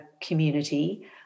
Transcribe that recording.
community